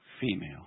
female